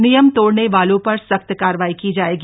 नियम तोड़ने वालों पर सख्त कार्रवाई की जाएगी